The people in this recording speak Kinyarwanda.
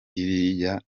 iriya